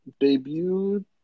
debuted